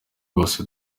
byose